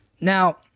Now